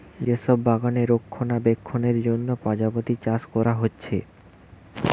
যে সব বাগানে রক্ষণাবেক্ষণের জন্যে প্রজাপতি চাষ কোরা হচ্ছে